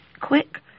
quick